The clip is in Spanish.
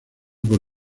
por